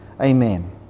Amen